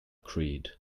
creed